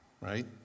right